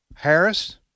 Harris